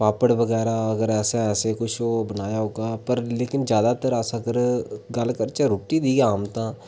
पापड़ बगैरा अगर असें ऐसे किश बनाया होग पर लेकिन ज्यादातर अस गल्ल करचै रुट्टी दी तां आम